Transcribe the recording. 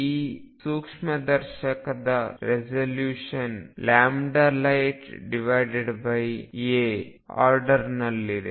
ಈಗ ಸೂಕ್ಷ್ಮದರ್ಶಕದ resolution lighta ಆರ್ಡರ್ನಲ್ಲಿದೆ